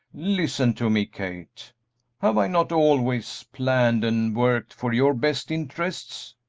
listen to me, kate have i not always planned and worked for your best interests?